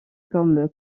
comme